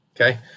Okay